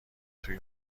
توی